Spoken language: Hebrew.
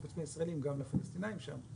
חוץ מהישראלים גם לפלסטינאים שם.